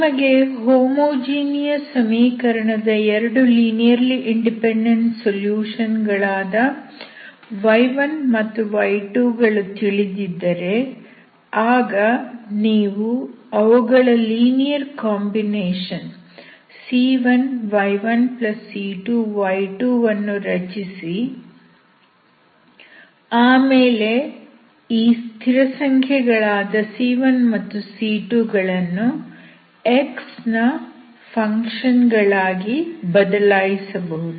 ನಿಮಗೆ ಹೋಮೋಜಿನಿಯಸ್ ಸಮೀಕರಣದ 2 linearly independent solution ಗಳಾದ y1 ಮತ್ತು y2 ಗಳು ತಿಳಿದಿದ್ದರೆ ಆಗ ನೀವು ಅವುಗಳ ಲೀನಿಯರ್ ಕಾಂಬಿನೇಷನ್ c1y1c2y2 ಅನ್ನು ರಚಿಸಿ ಆಮೇಲೆ ಈ ಸ್ಥಿರಸಂಖ್ಯೆಗಳಾದ c1 ಮತ್ತು c2 ಗಳನ್ನು x ನ ಫಂಕ್ಷನ್ ಗಳಾಗಿ ಬದಲಾಯಿಸಬಹುದು